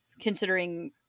considering